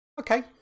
Okay